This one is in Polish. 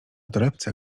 torebce